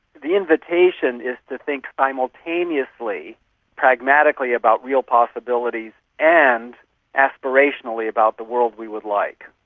the invitation is to think simultaneously pragmatically about real possibilities and aspirationally about the world we would like.